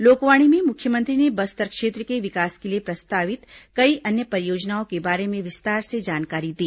लोकवाणी में मुख्यमंत्री ने बस्तर क्षेत्र के विकास के लिए प्रस्तावित कई अन्य परियोजनाओं के बारे में विस्तार से जानकारी दी